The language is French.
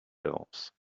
d’avance